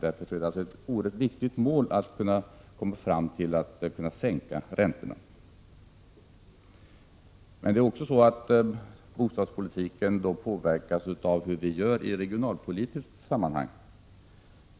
Därför är det ett oerhört viktigt mål att sänka räntorna. Men bostadspolitiken påverkas också av hur vi gör i regionalpolitiskt sammanhang.